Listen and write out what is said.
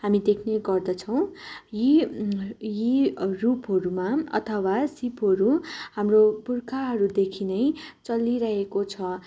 हामी देख्ने गर्दछौँ यी यी रूपहरूमा अथवा सिपहरू हाम्रो पुर्खाहरूदेखि नै चलिरहेको छ